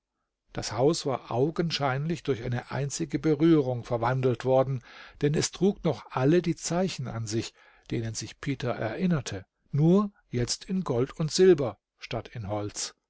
das haus war augenscheinlich durch eine einzige berührung verwandelt worden denn es trug noch alle die zeichen an sich denen sich peter erinnerte nur jetzt in gold und silber statt in holz